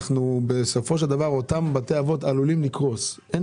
בסופו של דבר אותם בתי אבות עלולים לקרוס.